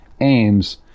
aims